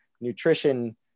nutrition